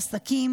לעסקים,